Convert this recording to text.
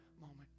moment